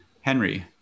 Henry